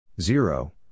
Zero